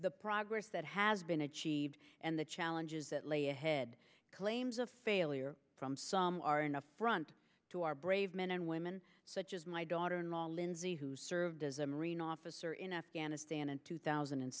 the progress that has been achieved and the challenges that lay ahead claims of failure from some are enough front to our brave men and women such as my daughter in law lindsey who served as a marine officer in afghanistan in two thousand and